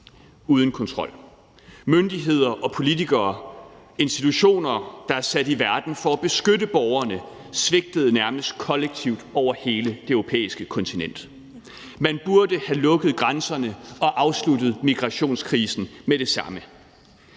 uden kontrol. Myndigheder og politikere og institutioner, der er sat i verden for at beskytte borgerne, svigtede nærmest kollektivt over hele det europæiske kontinent. Man burde have lukket grænserne og afsluttet migrationskrisen med det samme.